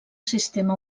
sistema